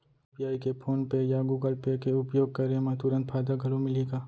UPI के PhonePe या Google Pay के उपयोग करे म तुरंत फायदा घलो मिलही का?